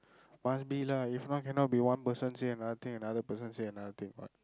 must be lah if not cannot be one person say another thing and another person say another thing what